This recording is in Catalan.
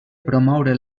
promoure